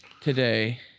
today